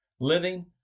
living